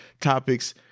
topics